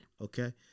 Okay